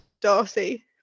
Darcy